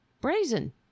brazen